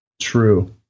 True